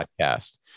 podcast